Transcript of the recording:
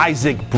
Isaac